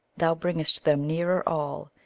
thou bring'st them nearer all,